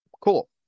cool